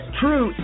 true